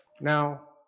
Now